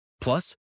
Plus